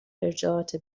ارجاعات